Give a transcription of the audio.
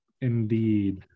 indeed